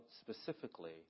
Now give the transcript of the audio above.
specifically